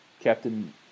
Captain